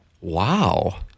Wow